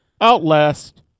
outlast